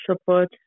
support